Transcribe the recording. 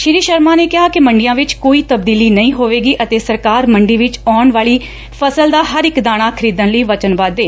ਸ਼ੀ ਸ਼ਰਮਾ ਨੇ ਕਿਹਾ ਕਿ ਮੰਡੀਆਂ ਵਿੱਚ ਵੀ ਕੋਈ ਤਬਦੀਲੀ ਨਹੀ ਹੋਵੇਗੀ ਅਤੇ ਸਰਕਾਰ ਮੰਡੀ ਵਿੱਚ ਆਉਣ ਵਾਲੀ ਫਸਲ ਦਾ ਹਰ ਇੱਕ ਦਾਣਾ ਖਰੀਦਣ ਲਈ ਵਚਨਬੱਧ ਏ